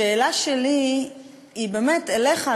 השאלה שלי היא באמת אליך,